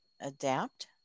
adapt